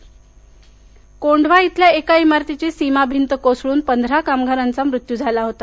कोंढवा अपघात कोंढवा इथल्या एका इमारतीची सिमाभिंत कोसळून पंधरा कामगाराचा मृत्यू झाला होता